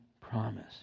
promise